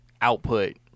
output